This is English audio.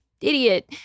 idiot